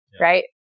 right